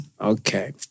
Okay